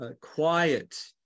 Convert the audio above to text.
quiet